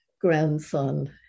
grandson